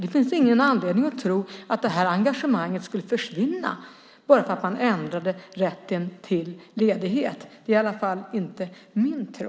Det finns ingen anledning att tro att det engagemanget skulle försvinna om man ändrade rätten till ledighet. Det är åtminstone inte min tro.